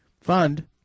fund